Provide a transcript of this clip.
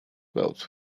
belt